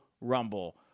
Rumble